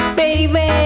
baby